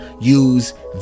Use